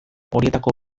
horietako